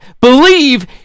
believe